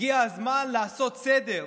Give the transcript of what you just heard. הגיע הזמן לעשות סדר,